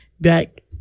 back